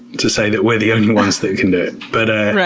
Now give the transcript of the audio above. to say that we're the only ones that can do but ah